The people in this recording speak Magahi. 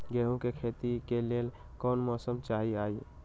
गेंहू के खेती के लेल कोन मौसम चाही अई?